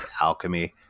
alchemy